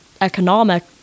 economic